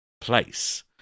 place